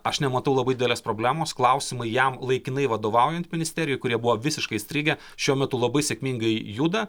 aš nematau labai didelės problemos klausimai jam laikinai vadovaujant ministerijai kurie buvo visiškai įstrigę šiuo metu labai sėkmingai juda